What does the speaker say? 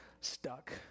stuck